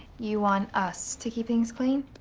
you want us to keep things clean?